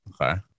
Okay